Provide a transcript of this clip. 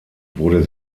wurde